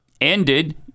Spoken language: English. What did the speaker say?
ended